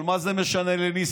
אבל מה זה משנה לניסנקורן?